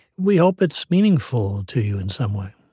we hope it's meaningful to you in some way